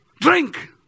Drink